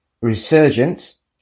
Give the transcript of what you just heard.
Resurgence